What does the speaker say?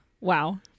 Wow